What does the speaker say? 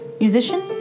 musician